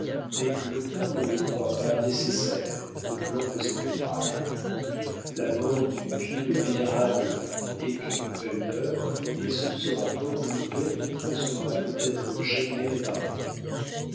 mais l'auteur ne les croit pas nécessaires au plan de cet ouvrage la mort du pieux et er est sous ce rapport une perte qui ne sera peut-être jamais réparée